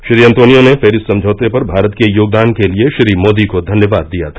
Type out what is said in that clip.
Shri Antonio ने Paris समझौते पर भारत के योगदान के लिए श्री मोदी को धन्यवाद दिया था